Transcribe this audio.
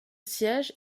siège